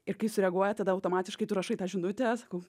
ir kai sureaguoja tada automatiškai tu rašai tą žinutę sakau